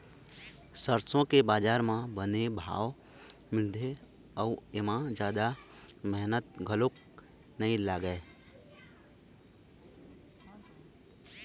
सरसो के बजार म बने भाव मिलथे अउ एमा जादा मेहनत घलोक नइ लागय